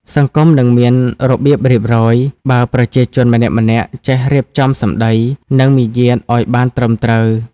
សង្គមនឹងមានរបៀបរៀបរយ បើប្រជាជនម្នាក់ៗចេះរៀបចំសម្ដី និងមារយាទឱ្យបានត្រឹមត្រូវ។